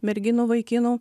merginų vaikinų